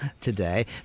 today